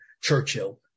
Churchill